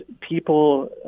people